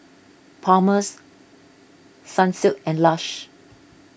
Palmer's Sunsilk and Lush